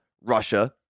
Russia